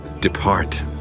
Depart